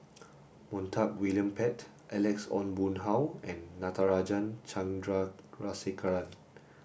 Montague William Pett Alex Ong Boon Hau and Natarajan Chandrasekaran